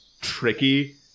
tricky